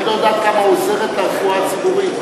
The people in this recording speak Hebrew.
את לא יודעת כמה היא עוזרת לרפואה הציבורית.